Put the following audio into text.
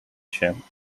champ